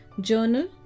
journal